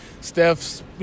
Steph's